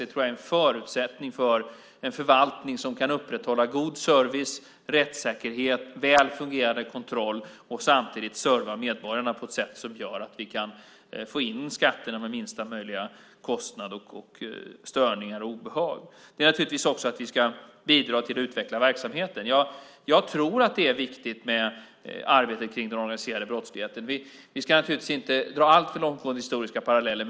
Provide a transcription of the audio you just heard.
Det är en förutsättning för en förvaltning som kan upprätthålla god service, rättssäkerhet, väl fungerande kontroll och samtidigt serva medborgarna på ett sätt som gör att vi kan få in skatterna med minsta möjliga kostnader, störningar och obehag. Vi ska också bidra till att utveckla verksamheten. Jag tror att det är viktigt med arbetet mot den organiserade brottsligheten. Vi ska inte dra alltför långtgående historiska paralleller.